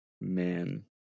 man